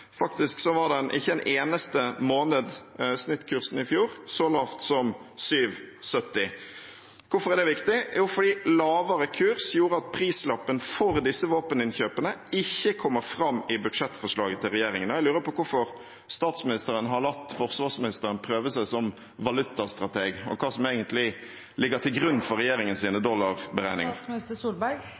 ikke snittkursen en eneste måned i fjor så lav som kr 7,70. Hvorfor er det viktig? Jo, fordi lavere kurs gjorde at prislappen for disse våpeninnkjøpene ikke kommer fram i budsjettforslaget til regjeringen. Jeg lurer på hvorfor statsministeren har latt forsvarsministeren prøve seg som valutastrateg, og hva som egentlig ligger til grunn for